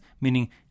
meaning